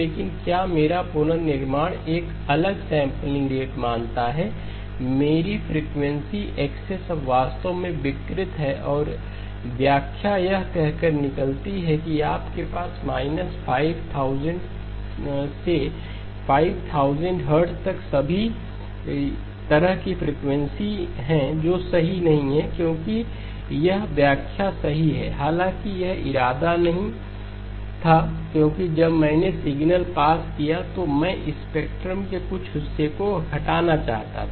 लेकिन क्योंकि मेरा पुनर्निर्माण एक अलग सैंपलिंग रेट मानता है मेरी फ्रीक्वेंसी एक्सेस अब वास्तव में विकृत है और व्याख्या यह कहकर निकलती है कि आपके पास 5000Hz से 5000Hz तक सभी तरह की फ्रीक्वेंसी हैं जो सही नहीं है क्योंकि यह व्याख्या सही है हालाँकि यह इरादा नहीं था क्योंकि जब मैंने सिग्नल पास किया तो मैं स्पेक्ट्रम के कुछ हिस्से को हटाना चाहता था